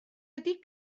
ydy